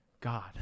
God